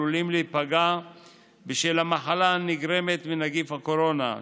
עלולים להיפגע בשל המחלה הנגרמת מנגיף הקורונה,